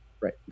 Right